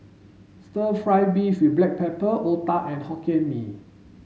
stir fry beef with black pepper Otah and Hokkien Mee